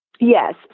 Yes